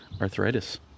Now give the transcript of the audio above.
arthritis